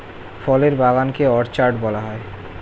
ফলের বাগান কে অর্চার্ড বলা হয়